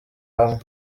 hamwe